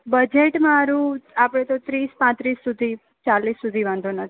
budget મારું આપણે તો ત્રીસ પાંત્રીસ સુધી ચાલીસ સુધી વાંધો નથી